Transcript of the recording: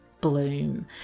bloom